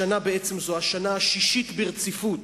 השנה זו השנה השישית ברציפות